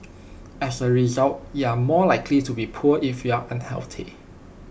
as A result you are more likely be poor if you are unhealthy